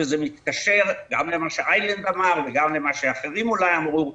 וזה מתקשר גם למה שאיילנד אמר וגם למה שאחרים אולי אמרו: